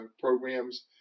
programs